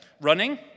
running